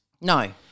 No